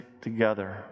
together